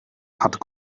hat